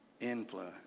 influence